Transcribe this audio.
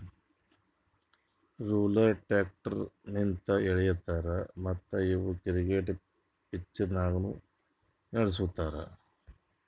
roller tractor ಲಿಂತ್ ಎಳಿತಾರ ಮತ್ತ್ ಇವು ಕ್ರಿಕೆಟ್ ಪಿಚ್ದಾಗ್ನು ನಡುಸ್ತಾರ್